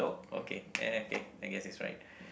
okay eh okay I guessed it's right